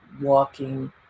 walking